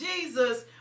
Jesus